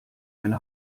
eine